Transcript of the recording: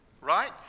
right